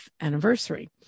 anniversary